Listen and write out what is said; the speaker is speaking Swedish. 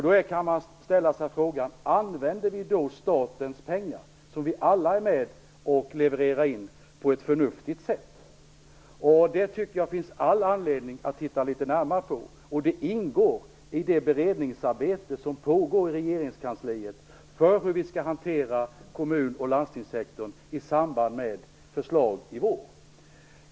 Då kan man ställa sig frågan: Använder vi då statens pengar, som vi alla är med och levererar in, på ett förnuftigt sätt? Det tycker jag att det finns all anledning att titta litet närmare på, och det ingår i det beredningsarbete som pågår i regeringskansliet för hur vi skall hantera kommun och landstingssektorn i samband med förslag i vår.